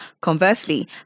Conversely